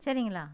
சரிங்ளா